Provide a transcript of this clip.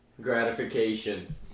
gratification